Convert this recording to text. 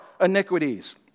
iniquities